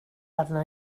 arna